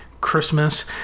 Christmas